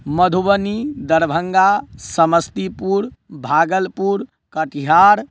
Madhubani Darbhanga Samastipur Bhagalpur Katihar